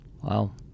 Wow